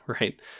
right